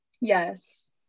Yes